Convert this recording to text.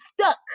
stuck